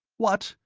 what!